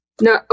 no